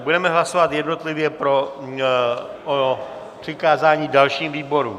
Budeme hlasovat jednotlivě o přikázání dalším výborům.